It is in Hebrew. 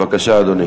בבקשה, אדוני.